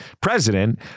president